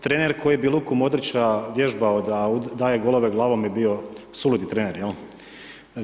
Trener koji bi Luku Modrića vježbao da daje golove glavom je bio suludi trener, jel'